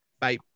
Bye